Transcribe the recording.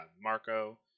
Marco